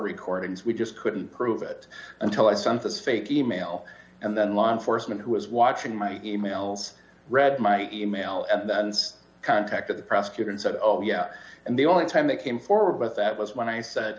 recordings we just couldn't prove it until i sometimes fake email and then law enforcement who was watching my emails read my email at the nz contact that the prosecutor said oh yeah and the only time they came forward with that was when i said